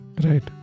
right